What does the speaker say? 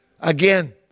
Again